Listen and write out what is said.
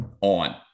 on